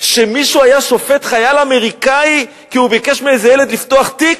שמישהו היה שופט חייל אמריקני כי הוא ביקש מאיזה ילד לפתוח תיק?